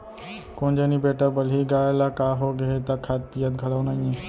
कोन जनी बेटा बलही गाय ल का होगे हे त खात पियत घलौ नइये